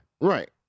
Right